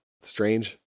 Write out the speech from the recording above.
strange